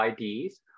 IDs